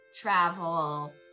travel